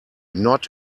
not